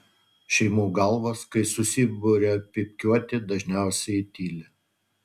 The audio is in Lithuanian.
šeimų galvos kai susiburia pypkiuoti dažniausiai tyli